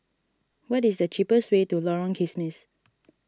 what is the cheapest way to Lorong Kismis